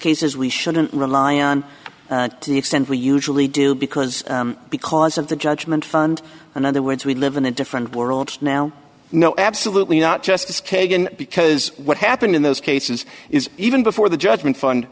cases we shouldn't rely on to the extent we usually do because because of the judgment fund in other words we live in a different world now no absolutely not justice kagan because what happened in those cases is even before the judgment fund